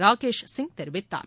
ராகேஷ் சிங் தெரிவித்தார்